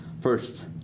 first